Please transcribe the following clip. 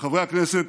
חברי הכנסת,